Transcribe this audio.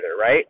right